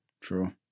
true